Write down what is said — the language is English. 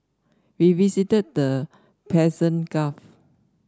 we visited the Persian Gulf